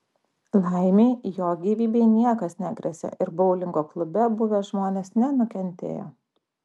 laimei jo gyvybei niekas negresia ir boulingo klube buvę žmonės nenukentėjo